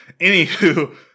Anywho